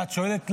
את שואלת למה.